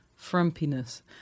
frumpiness